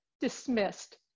dismissed